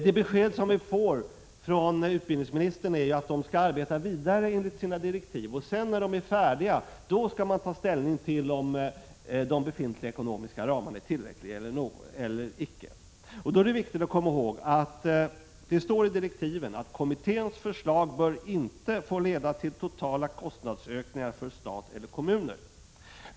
Det besked som vi får från utbildningsministern är att studiestödsutredningen skall arbeta vidare enligt sina direktiv och sedan, när den är färdig, skall man ta ställning till om de befintliga ekonomiska ramarna är tillräckliga eller icke. Då är det viktigt att komma ihåg att det står i direktiven att kommitténs förslag inte bör få leda till totalkostnadsökningar för stat eller kommuner.